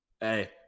Hey